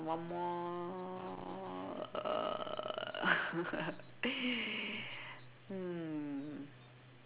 one more uh um